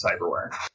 cyberware